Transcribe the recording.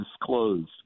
disclosed